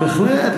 בהחלט.